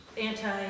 anti